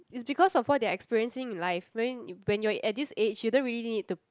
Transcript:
it's because of what they are experiencing in life when when you are at this age you don't really need to